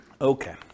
okay